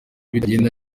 bitagenda